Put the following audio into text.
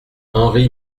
henri